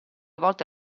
volte